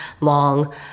long